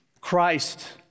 Christ